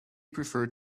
preferred